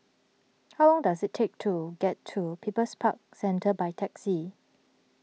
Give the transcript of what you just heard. how long does it take to get to People's Park Centre by taxi